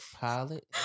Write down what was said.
Pilot